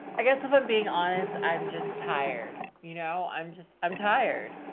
i guess if i'm being honest, i'm just tired. you know, i'm just, i'm tired.